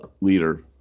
leader